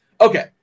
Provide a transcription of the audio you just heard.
Okay